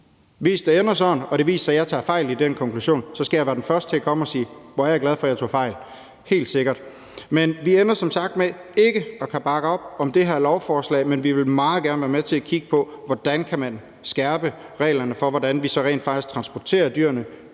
Hvis det ender sådan og det viser sig, at jeg tager fejl i den konklusion, så skal jeg være den første til at komme og sige, at jeg er glad for, at jeg tog fejl. Det er helt sikkert. Vi ender som sagt med ikke at kunne bakke op om det her beslutningsforslag, men vi vil meget gerne være med til at kigge på, hvordan vi kan skærpe reglerne for, hvordan man så rent faktisk transporterer dyrene,